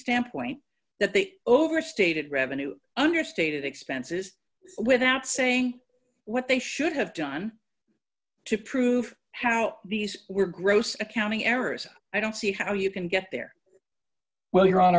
standpoint that the overstated revenue understated expenses without saying what they should have done to prove how these were gross accounting errors i don't see how you can get there well you